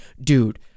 dude